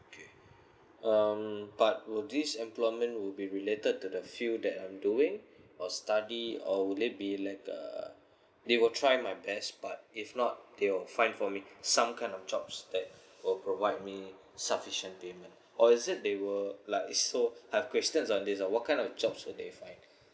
okay um but will this employment would be related to the field that I'm doing or study or would it be like err they will try my best but if not they will find for me some kind of jobs that oh provide me sufficient payment or is it they will like so I've questions on this uh what kind of jobs will they find